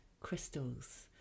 crystals